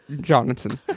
Johnson